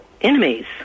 enemies